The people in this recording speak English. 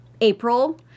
April